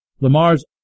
Lamar's